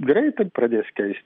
greitai pradės keistis